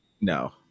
No